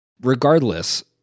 regardless